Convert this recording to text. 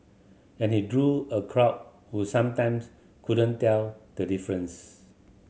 and he drew a crowd who sometimes couldn't tell the difference